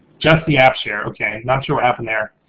just the app share, okay. not sure what happened there.